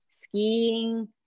skiing